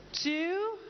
two